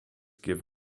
give